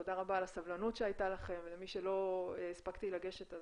תודה רבה על הסבלנות שהייתה לכם ולמי שלא הספקתי לגשת,